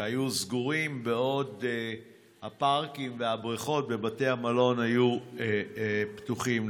שהיו סגורים בעוד הבריכות ובתי המלון היו פתוחים.